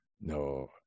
no